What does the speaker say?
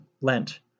Lent